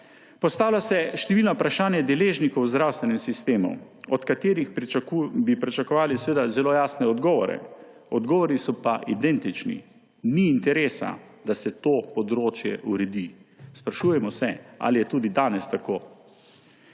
Postavljajo se številna vprašanja deležnikov v zdravstvenem sistem, od katerih bi pričakovali seveda zelo jasne odgovore. Odgovori so pa identični. Ni interesa, da se to področje uredil. Sprašujemo se, ali je tudi danes tako.